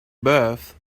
birth